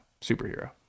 superhero